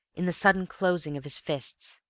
in the sudden closing of his fists.